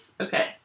Okay